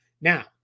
Now